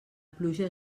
pluja